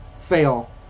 fail